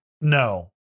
No